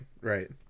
right